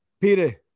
Peter